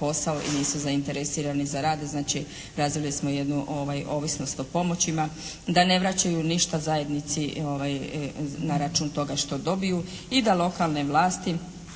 posao ili nisu zainteresirani za rad. Znači razvili smo jednu ovisnost o pomoćima. Da ne vraćaju ništa zajednici na račun toga što dobiju. I da lokalne vlasti